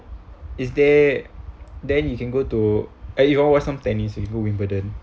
is there then you can go to if you wanna watch some tennis you go wimbledon